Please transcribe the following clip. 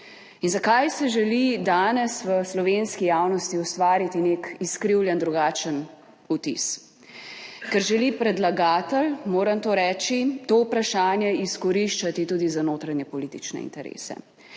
In zakaj se želi danes v slovenski javnosti ustvariti nek izkrivljen, drugačen vtis? Ker želi predlagatelj, moram to reči, to vprašanje izkoriščati tudi za notranje politične interese